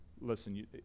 Listen